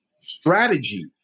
strategy